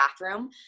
bathroom